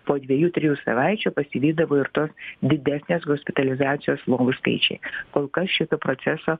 po dviejų trijų savaičių pasivydavo ir tos didesnės hospitalizacijos lovų skaičiai kol kas šito proceso